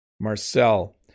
Marcel